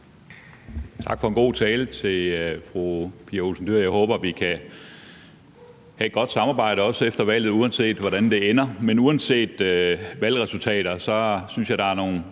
Dyhr for en god tale. Jeg håber, at vi også kan have et godt samarbejde efter valget, uanset hvordan det ender. Men uanset valgresultater synes jeg, at der er nogle